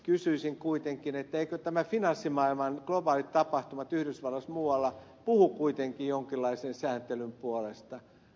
kysyisin kuitenkin eivätkö nämä finanssimaailman globaalit tapahtumat yhdysvalloissa ja muualla puhu kuitenkin jonkinlaisen sääntelyn puolesta